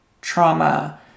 trauma